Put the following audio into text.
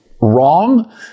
wrong